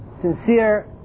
sincere